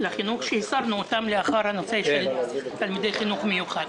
לחינוך שהסרנו אותם לאחר הנושא של תלמידי חינוך מיוחד.